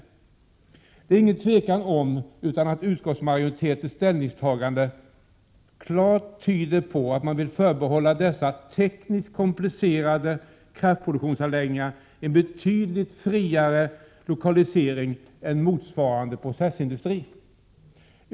Det råder inget tvivel om att utskottsmajoritetens ställningstagande klart tyder på att man vill förbehålla dessa tekniskt komplicerade kraftproduktionsanläggningar en betydligt friare lokalisering än som gäller för motsvarande processindustri.